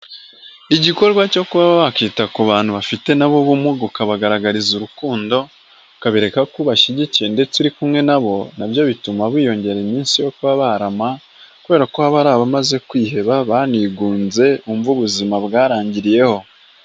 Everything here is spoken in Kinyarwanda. Igikorwa cyo kuba wakita ku bantu bafite nabo ubumuga ukabagaragariza urukundo, ukabereka ko ubashyigikiye ndetse uri kumwe nabo, nabyo bituma biyongera iminsi yo kuba barama kubera ko h'ari abamaze kwiheba banigunze bumva ubuzima bwarangiriyeho.